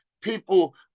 people